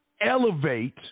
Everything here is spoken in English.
elevate